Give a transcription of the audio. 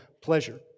pleasure